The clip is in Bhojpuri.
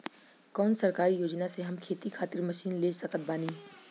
कौन सरकारी योजना से हम खेती खातिर मशीन ले सकत बानी?